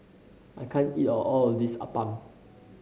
I can't eat all of this appam